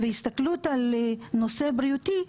והסתכלות על נושא בריאותי,